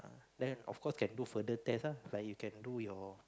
then of course can do further test ah like you can do your